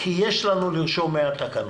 כי יש לנו לרשום 100 תקנות.